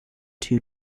two